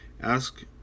ask